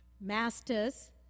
masters